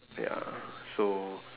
ya so